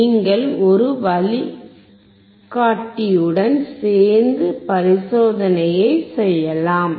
நீங்கள் ஒரு வழிகாட்டியுடன் சேர்ந்து பரிசோதனையைச் செய்யலாம்